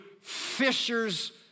fishers